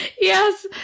Yes